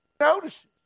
notice